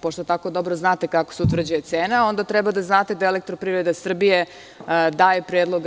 Pošto tako dobro znate kako se utvrđuje cena, onda treba da znate da EPS daje predlog